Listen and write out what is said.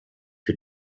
für